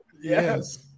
Yes